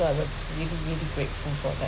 so I was really really grateful for that